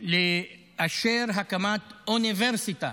תישאר לאשר הקמת אוניברסיטה